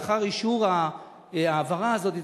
לאחר אישור ההעברה הזאת,